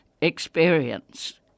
experience